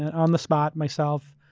and on the spot, myself.